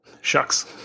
shucks